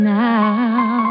now